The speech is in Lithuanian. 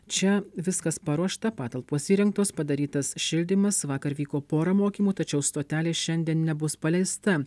čia viskas paruošta patalpos įrengtos padarytas šildymas vakar vyko pora mokymų tačiau stotelė šiandien nebus paleista